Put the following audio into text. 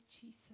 Jesus